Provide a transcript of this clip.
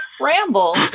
ramble